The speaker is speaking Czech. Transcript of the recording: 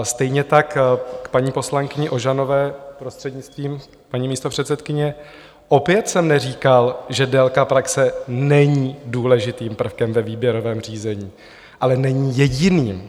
Stejně tak k paní poslankyni Ožanové, prostřednictvím paní místopředsedkyně: opět jsem neříkal, že délka praxe není důležitým prvkem ve výběrovém řízení, ale není jediným.